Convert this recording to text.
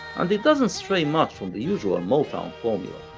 and it doesn't stray much from the usual and motown formula.